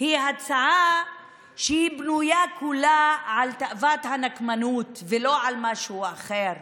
היא הצעה שבנויה כולה על תאוות הנקמנות ולא על משהו אחר.